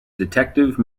detective